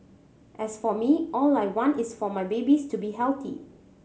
as for me all I want is for my babies to be healthy